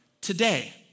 today